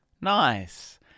Nice